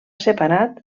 separat